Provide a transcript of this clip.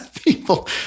people